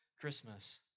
Christmas